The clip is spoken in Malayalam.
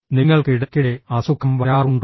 നിങ്ങൾക്ക് ഇടയ്ക്കിടെ അസുഖം വരാറുണ്ടോ